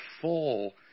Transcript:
full